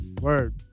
Word